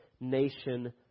nation